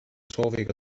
sooviga